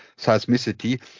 seismicity